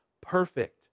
perfect